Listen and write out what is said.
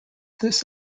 this